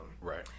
Right